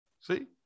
See